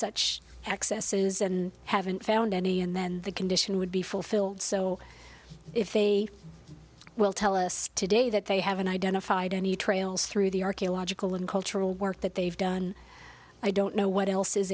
such excesses and haven't found any and then the condition would be fulfilled so if they will tell us today that they haven't identified any trails through the archaeological and cultural work that they've done i don't know what else is